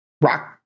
rock